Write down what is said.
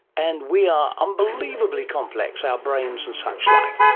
and we are unbelievably complex, our brains and suchlike.